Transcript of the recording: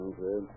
Okay